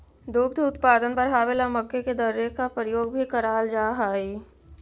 दुग्ध उत्पादन बढ़ावे ला मक्के के दर्रे का प्रयोग भी कराल जा हई